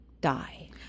die